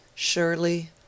surely